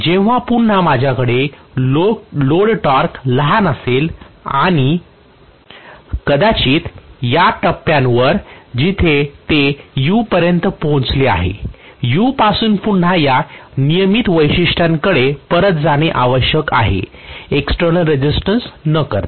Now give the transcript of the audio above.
जेव्हा पुन्हा माझ्याकडे लोड टॉर्क लहान असेल आणि कदाचित या टप्प्यावर जिथे ते U पर्यंत पोहोचले आहे U पासून पुन्हा या नियमित वैशिष्ट्यांकडे परत जाणे आवश्यक आहे एक्सटेर्नल रेसिस्टन्स न करता